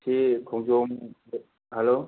ꯁꯤ ꯈꯣꯡꯖꯣꯝ ꯍꯂꯣ